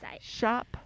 shop